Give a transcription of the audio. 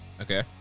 Okay